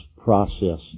process